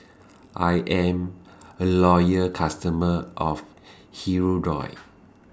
I'm A Loyal customer of Hirudoid